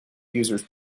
users